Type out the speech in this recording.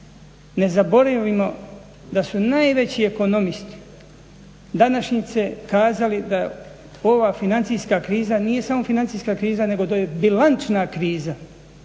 Ne zaboravimo da su najveći ekonomisti današnjice kazali da ova financijska kriza nije samo financijska kriza nego to je bilančna kriza